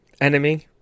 Enemy